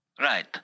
Right